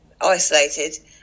isolated